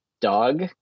dog